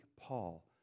Paul